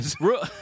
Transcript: Real